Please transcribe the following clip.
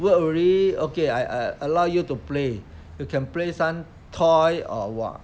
work already okay I I allow you to play you can play some toy or what